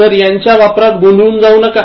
तर यांच्या वापरात गोधळून जाऊ नका